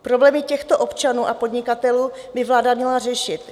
Problémy těchto občanů a podnikatelů by vláda měla řešit.